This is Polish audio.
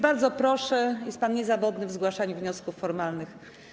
Bardzo proszę, jest pan niezawodny w zgłaszaniu wniosków formalnych.